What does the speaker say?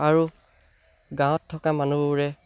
আৰু গাঁৱত থকা মানুহবোৰে